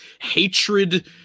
Hatred